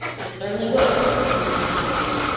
it certainly would, admitted mrs. rachel.